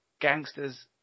Gangster's